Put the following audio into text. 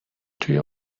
توی